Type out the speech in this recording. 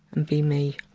be me.